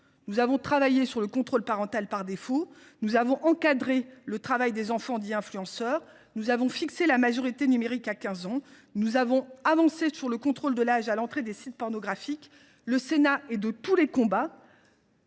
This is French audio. Nous avons travaillé sur le contrôle parental par défaut, encadré le travail des enfants dits « influenceurs », fixé la majorité numérique à 15 ans et avancé sur le contrôle de l’âge à l’entrée des sites pornographiques. Le Sénat est de tous les combats,